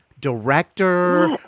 Director